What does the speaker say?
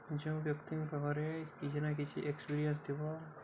ଯେଉଁ ବ୍ୟକ୍ତିଙ୍କ ପାଖରେ କିଛି ନା କିଛି ଏକ୍ସପିରିଏନ୍ସ ଥିବ